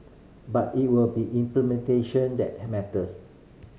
but it will be implementation that matters